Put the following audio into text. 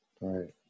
Right